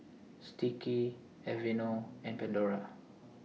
Sticky Aveeno and Pandora